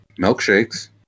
milkshakes